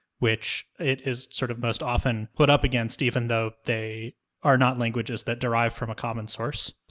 which it is sort of most often put up against even though they are not languages that derive from a common source.